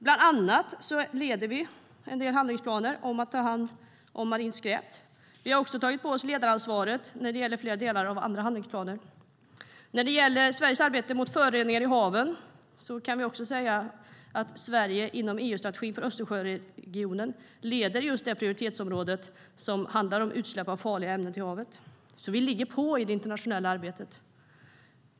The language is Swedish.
Bland annat leder vi en del handlingsplaner för att ta hand om marint skräp, och vi har tagit på oss ledaransvaret för flera delar av andra handlingsplaner. När det gäller Sveriges arbete mot föroreningar i haven kan jag nämna att Sverige inom EU-strategin för Östersjöregionen leder just det prioritetsområde som handlar om utsläpp av farliga ämnen till havet. Vi ligger alltså på i det internationella arbetet.